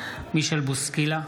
מישל בוסקילה,